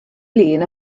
lŷn